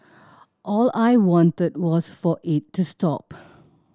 all I wanted was for it to stop